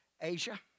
Asia